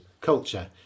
culture